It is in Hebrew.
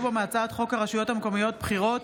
בו מהצעת חוק הרשויות המקומיות (בחירות)